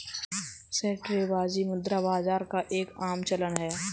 सट्टेबाजी मुद्रा बाजार का एक आम चलन है